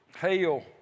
Hail